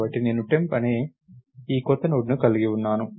కాబట్టి నేను టెంప్ అనే ఈ కొత్త నోడ్ని కలిగి ఉన్నాను